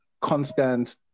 constant